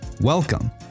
Welcome